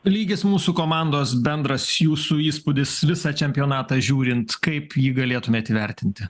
lygis mūsų komandos bendras jūsų įspūdis visą čempionatą žiūrint kaip jį galėtumėt įvertinti